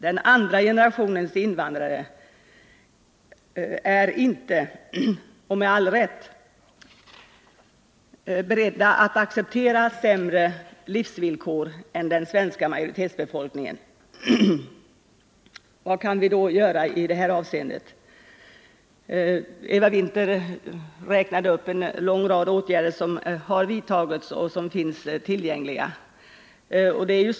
Den andra generationens invandrare är inte, med all rätt, beredda att acceptera sämre livsvillkor än den svenska befolkningsmajoriteten. Vad kan vi då göra? Eva Winther räknade upp en lång rad åtgärder som har vidtagits eller finns tillgängliga.